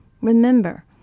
remember